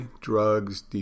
drugs